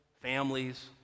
families